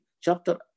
chapter